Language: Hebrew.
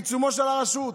בעיצומה של הרשות.